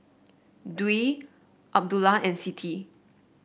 Dwi Abdullah and Siti